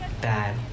bad